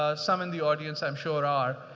ah some in the audience, i'm sure are.